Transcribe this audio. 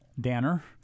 Danner